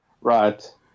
Right